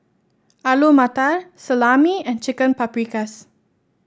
Alu Matar Salami and Chicken Paprikas